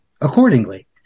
accordingly